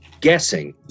guessing